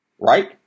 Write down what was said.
Right